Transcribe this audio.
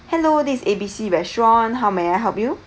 hello this is A B C restaurant how may I help you